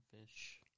fish